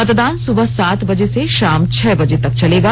मतदान सुबह सात बजे से शाम छह बजे तक चलेगा